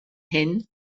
hyn